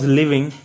living